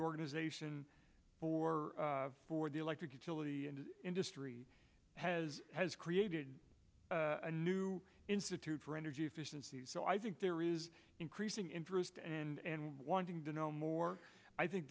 organization for for the electric utility industry has has created a new institute for energy efficiency so i think there is increasing interest and wanting to know more i think